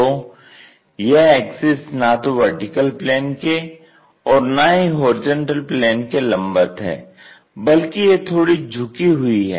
तो यह एक्सिस ना तो वर्टिकल प्लेन के और ना ही होरिजेंटल प्लेन के लंबवत है बल्कि यह थोड़ी झुकी हुई है